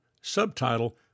Subtitle